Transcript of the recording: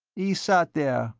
he sat there,